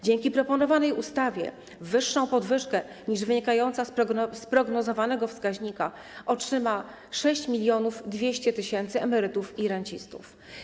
Dzięki proponowanej ustawie wyższą podwyżkę niż wynikająca z prognozowanego wskaźnika otrzyma 6200 tys. emerytów i rencistów.